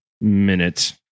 minute